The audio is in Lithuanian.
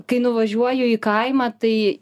kai nuvažiuoju į kaimą tai